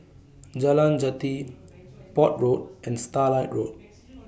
Jalan Jati Port Road and Starlight Road